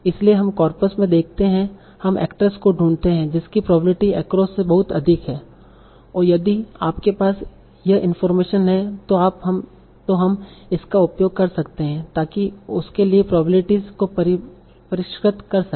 इसलिए हम कॉर्पस में देखते हैं हम एक्ट्रेस को ढूंढते हैं जिसकी प्रोबेब्लिटी एक्रोस से बहुत अधिक है और यदि आपके पास यह इनफार्मेशन है तो हम इसका उपयोग कर सकते हैं ताकि उसके लिए प्रोबेब्लिटीस को परिष्कृत कर सके